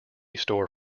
store